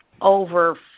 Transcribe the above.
over